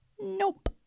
Nope